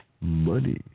money